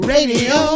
Radio